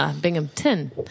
Binghamton